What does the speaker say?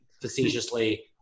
facetiously